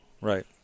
Right